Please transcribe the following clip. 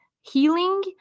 healing